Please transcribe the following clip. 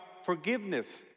forgiveness